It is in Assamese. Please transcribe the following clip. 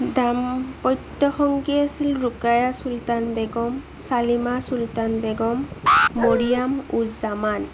দাম্পত্য সংগী আছিল ৰুকায়া চোল্টান বেগম চালিমা চুল্টান বেগম মৰিয়াম ওল জামান